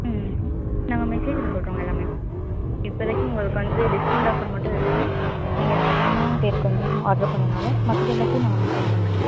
ம் நாங்கள் மெசேஜ்ல சொல்கிறோங்க எல்லாமே இப்போதிக்கி உங்களுக்கு வந்து டிஸ்கவுண்ட் ஆஃபர் மட்டும் இருக்கும் நீங்கள் அதிகமான பேருக்கு வந்து ஆர்டர் பண்ணதனால மற்றது எல்லாத்தையும் நாங்கள் மெசேஜ் பண்ணுறோம்